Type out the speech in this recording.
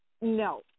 No